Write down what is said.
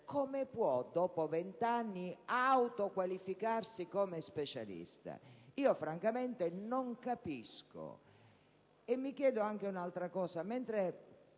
come può dopo vent'anni autoqualificarsi come specialista? Francamente non capisco. Pongo anche un'altra